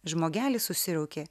žmogelis susiraukė